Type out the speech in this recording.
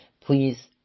Please